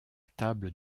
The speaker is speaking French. table